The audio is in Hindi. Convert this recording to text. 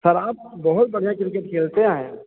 सर आप बहुत बढ़िया क्रिकेट खेलते हैं